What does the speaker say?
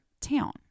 town